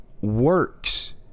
works